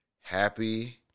happy